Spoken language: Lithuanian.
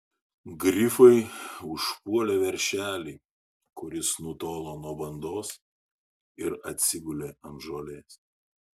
grifai užpuolė veršelį kuris nutolo nuo bandos ir atsigulė ant žolės